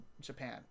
japan